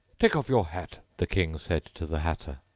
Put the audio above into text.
take off your hat the king said to the hatter.